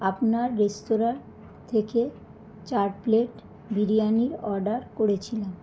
আপনার রেস্তোরাঁর থেকে চার প্লেট বিরিয়ানি অর্ডার করেছিলাম